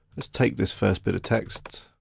let's take this first bit of text